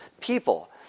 People